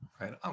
Right